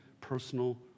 personal